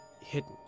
hidden